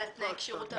על תנאי הכשירות הנוספים.